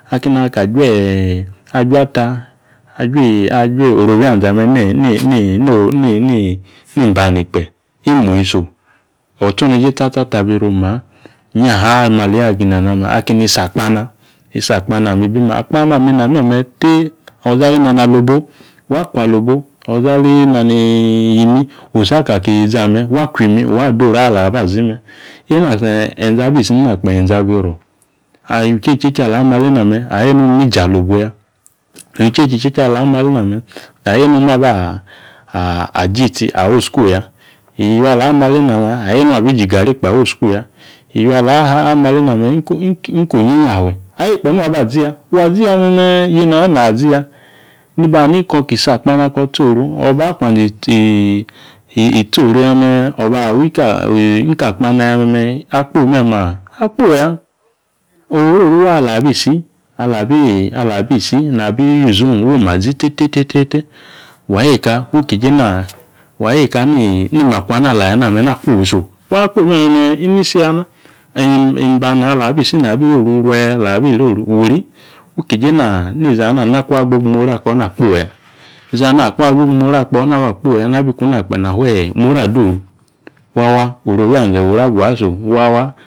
Akeni ka ajwa ata, ajuo oro owianze ame̱ nibani kpe̱ imuyi so. Otsoneje tsatsa waa tabi iro̱ omaa. Inyaha ali maleeyi agi akeni isi akpana isi akpana me̱, akpana ame ina me̱me̱ te. izi alina na alobo, wa kwa alobo, izi ali inani yiimi wi isi aka ki izi ame̱ wa kwi yiimi wa doru o̱ ala aba zi me̱. Eena e̱nze̱ abi isi na kpe enze abi iro. imime icheche alina ama aleena me̱ na yeyi nina abi iji alobo ya imime icheche aleena ime na yeyi nena aba zi itsi awi school ya iywi ala amo aleena me̱ ayeyi nung abi ji gari kpe awi school ya iywi ala ama alena me̱ inko wi inyafe ayeyi kpe nung aba zi ya. Wa zi ya me̱me̱ yeyi na ayo na zi ya. Niba hani koki isi akpana ko tsi oru oba kwanze itso oru ya me̱ oba awi ka akpana ya me̱me̱, akpoyi me̱me̱ aa, akpoyi ya. Oriori waa ala bi isi na bi use ong oma zi tete tete tete. Wa ayo eka wu keje ni makwana ala ya na me̱ na akpoyi so ala bi si na bi iroru wre nabi iroru wi ri wu keje nani zina kung agbogbi muri ako na akpoyi ya. Izi ana kung agbogbi imuri ako naba akpoyi ya, na biku na kpe na hu imuri ado oru. Wawa oru owianze̱ wi iri agu aso wa wa